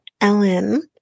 Ellen